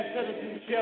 citizenship